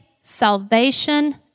salvation